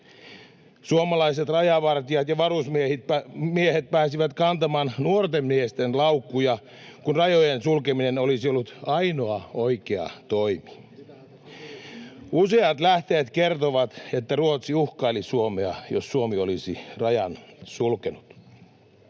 Suomalaiset rajavartijat ja varusmiehet pääsivät kantamaan nuorten miesten laukkuja, kun rajojen sulkeminen olisi ollut ainoa oikea toimi. [Jari Ronkaisen välihuuto] Useat lähteet kertoivat, että Ruotsi uhkaili Suomea, jos Suomi olisi rajan sulkenut.